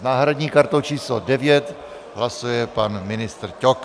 S náhradní kartou číslo 9 hlasuje pan ministr Ťok.